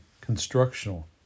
constructional